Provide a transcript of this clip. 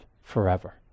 forever